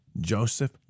Joseph